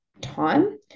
time